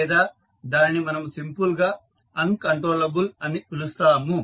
లేదా దానిని మనము సింపుల్ గా అన్ కంట్రోలబుల్ అని పిలుస్తాము